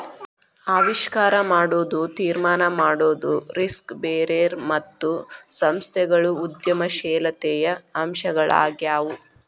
ಆವಿಷ್ಕಾರ ಮಾಡೊದು, ತೀರ್ಮಾನ ಮಾಡೊದು, ರಿಸ್ಕ್ ಬೇರರ್ ಮತ್ತು ಸಂಸ್ಥೆಗಳು ಉದ್ಯಮಶೇಲತೆಯ ಅಂಶಗಳಾಗ್ಯಾವು